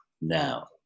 now